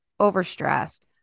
overstressed